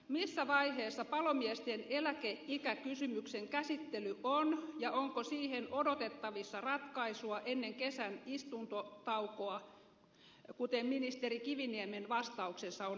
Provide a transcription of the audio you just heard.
missä vaiheessa palomiesten eläkeikäkysymyksen käsittely on ja onko siihen odotettavissa ratkaisua ennen kesän istuntotaukoa kuten ministeri kiviniemen vastauksessa on esitetty